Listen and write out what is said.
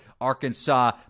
Arkansas